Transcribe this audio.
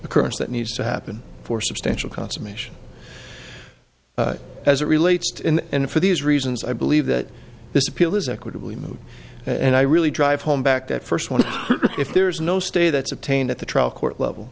occurrence that needs to happen for substantial consummation as it relates to and for these reasons i believe that this appeal is equitably moot and i really drive home back that first if there's no stay that's obtained at the trial court level